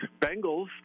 Bengals